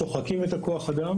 שוחקים את כוח האדם